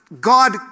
God